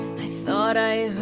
i so thought i